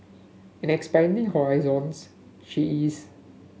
and expanding horizons she is